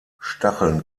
stacheln